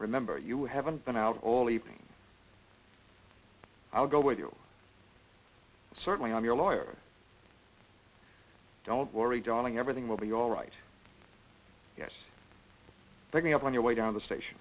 remember you haven't been out all evening i'll go with you certainly i'm your lawyer don't worry darling everything will be all right yes bringing up on your way down the station